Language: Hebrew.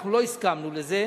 אנחנו לא הסכמנו לזה.